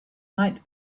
might